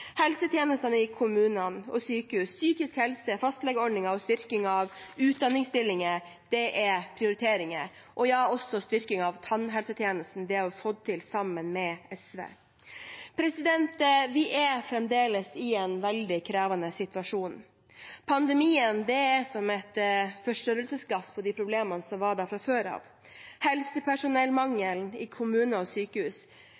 Helsetjenestene i kommunene og på sykehus, psykisk helse, fastlegeordningen og styrking av utdanningsstillinger er prioriteringer. Det er også styrking av tannhelsetjenesten; det har vi fått til sammen med SV. Vi er fremdeles i en veldig krevende situasjon. Pandemien er som et forstørrelsesglass på de problemene som var der fra før av: